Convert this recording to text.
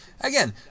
again